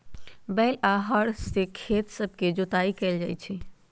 बैल आऽ हर से खेत सभके जोताइ कएल जाइ छइ